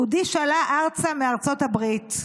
יהודי שעלה ארצה מארצות הברית,